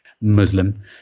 Muslim